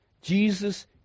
Jesus